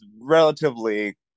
relatively